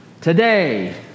Today